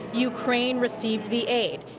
ukraine received the aid.